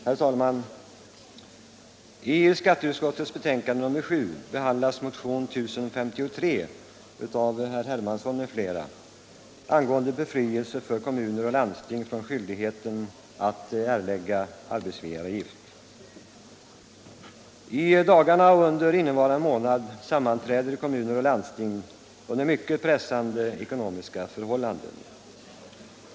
Herr talman! I skatteutskottets betänkande nr 7 behandlas motionen 1053 av herr Hermansson m.fl. angående befrielse för kommuner och landsting från skyldighet att erlägga arbetsgivaravgift. I dagarna och under innevarande månad sammanträder kommuner och landsting under mycket pressande ekonomiska förhållanden.